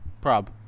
Prob